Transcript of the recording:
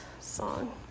song